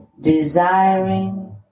desiring